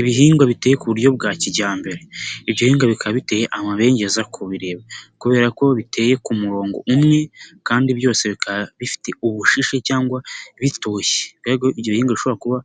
Ibihingwa biteye ku buryo bwa kijyambere, ibyohingwa bika bite amabengeza kubireba kubera ko biteye ku murongo umwe kandi byose bikaba bifite ubushishe cyangwa bitoshye, bega ibyohingwa bishobora kuba